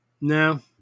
No